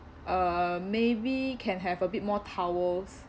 uh maybe can have a bit more towels